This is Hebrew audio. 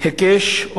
היקש,